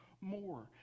more